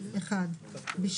יף